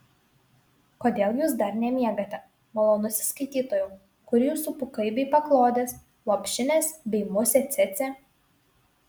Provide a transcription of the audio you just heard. kodėl jūs dar nemiegate malonusis skaitytojau kur jūsų pūkai bei paklodės lopšinės bei musė cėcė